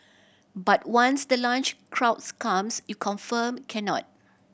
but once the lunch crowds comes you confirmed cannot